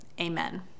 Amen